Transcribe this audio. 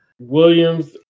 Williams